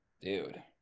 dude